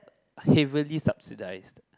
heavily subsidised